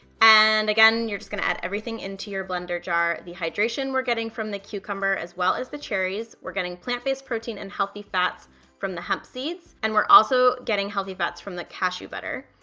and again, you're just gonna add everything into your blender jar. the hydration we're getting from the cucumber, as well as the cherries. we're getting plant-based protein and healthy fats from the hemp seeds, and we're also getting healthy fats from the cashew butter,